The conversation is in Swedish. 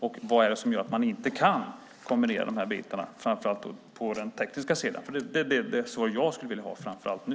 Och vad är det som gör att man inte kan kombinera de här bitarna, framför allt på den tekniska sidan? Så skulle jag vilja ha det, framför allt nu.